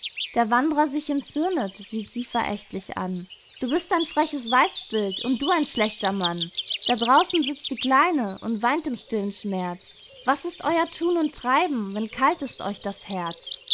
der wandrer sich erzürnet sieht sie verächtlich an du bist ein freches weibsbild und du ein schlechter mann da draußen sitzt die kleine und weint im stillen schmerz was ist eu'r thun und treiben wenn kalt ist euch das herz